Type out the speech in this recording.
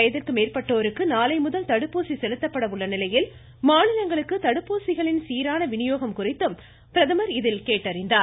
வயதிற்கு மேற்பட்டோருக்கு நாளைமுதல் தடுப்பூசி செலுத்தப்பட உள்ள நிலையில் மாநிலங்களுக்கு தடுப்பூசிகளின் சீரான விநியோகம் குறித்தும் பிரதமா் இதில் கேட்டறிந்தார்